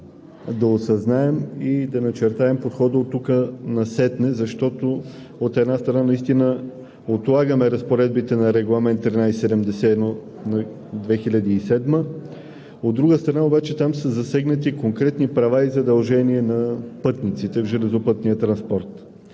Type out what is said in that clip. да осъзнаем и да начертаем подхода оттук несетне, защото, от една страна, наистина отлагаме разпоредбите на Регламент 1371/2007, от друга страна обаче, там са засегнати конкретни права и задължения на пътниците в железопътния транспорт.